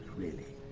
really.